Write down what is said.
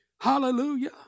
Hallelujah